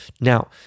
Now